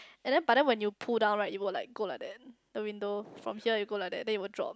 and then but then when you pull down right it will like go like that the window from here it go like that then it will drop